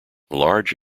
large